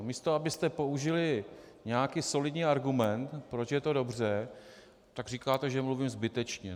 Místo abyste použili nějaký solidní argument, proč je to dobře, tak říkáte, že mluvím zbytečně.